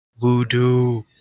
Voodoo